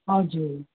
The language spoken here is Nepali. हजुर